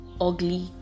ugly